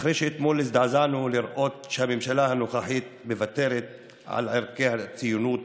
אחרי שאתמול הזדעזענו לראות שהממשלה הנוכחית מוותרת על ערכי הציונות,